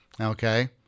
okay